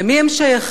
למי הם שייכים?